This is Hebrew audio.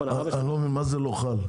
אני לא מבין מה זה לא חל?